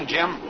Jim